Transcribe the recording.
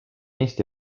eesti